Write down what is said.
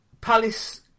Palace